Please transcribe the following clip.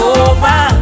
over